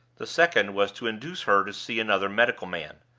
the second was to induce her to see another medical man.